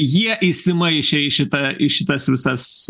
jie įsimaišę į šitą ir šitas visas